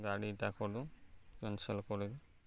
ଗାଡ଼ି ଇଟା କରିଦଉନ୍ କେନ୍ସେଲ୍ କରିିଦଉନ୍